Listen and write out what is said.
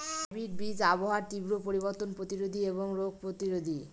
hybrid বীজ আবহাওয়ার তীব্র পরিবর্তন প্রতিরোধী এবং রোগ প্রতিরোধী